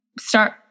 start